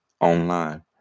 online